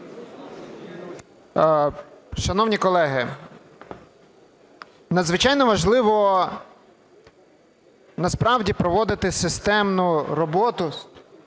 Шановні колеги! Надзвичайно важливо, насправді, проводити системну роботу